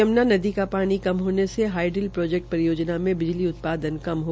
यमुना नदी का पानी कम हामे से हाईडिल प्राजेक्ट परियाजना मे बिजली उत्पादन कम है